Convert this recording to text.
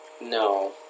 No